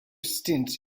stint